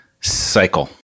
cycle